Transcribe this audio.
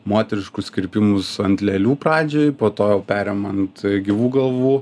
moteriškus kirpimus ant lėlių pradžioj po to jau perėjom ant gyvų galvų